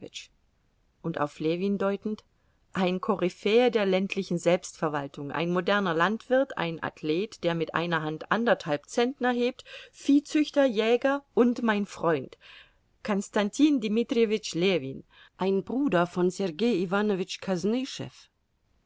und auf ljewin deutend ein koryphäe der ländlichen selbstverwaltung ein moderner landwirt ein athlet der mit einer hand anderthalb zentner hebt viehzüchter jäger und mein freund konstantin dmitrijewitsch ljewin ein bruder von sergei